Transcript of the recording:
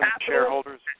shareholders